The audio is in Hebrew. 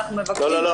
אנחנו מבקשים --- לא,